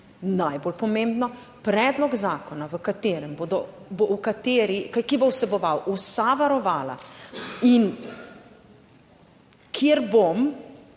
najbolj pomembno, predlog zakona, ki bo vseboval vsa varovala in kjer bom,